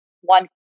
one